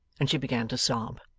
and she began to sob.